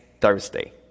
Thursday